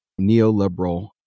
neoliberal